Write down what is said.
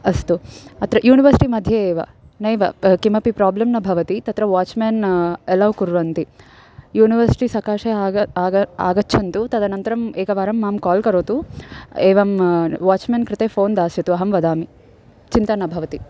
अस्तु अत्र यूनिवर्सिटिमध्ये एव नैव प किमपि प्राब्लं न भवति तत्र वाच्मेन् एलौ कुर्वन्ति यूनिवर्सिटि सकाशे आग आग आगच्छन्तु तदनन्तरम् एकवारं मां काल् करोतु एवं वाच्मेन् कृते फ़ोन् दास्यतु अहं वदामि चिन्ता न भवति